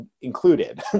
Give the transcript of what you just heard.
included